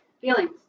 feelings